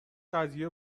قضیه